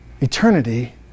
eternity